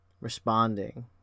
responding